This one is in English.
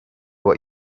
what